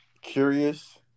curious